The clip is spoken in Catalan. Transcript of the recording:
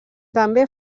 també